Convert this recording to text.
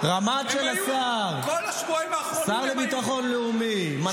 כל השבועיים האחרונים הם היו.